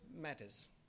matters